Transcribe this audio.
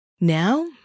Now